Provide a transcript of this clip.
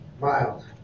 Mild